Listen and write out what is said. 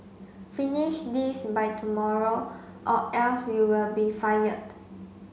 finish this by tomorrow or else you will be fired